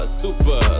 super